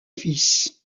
fils